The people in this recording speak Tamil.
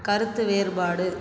கருத்து வேறுபாடு